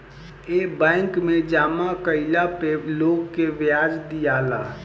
ए bank मे जामा कइला पे लोग के ब्याज दियाला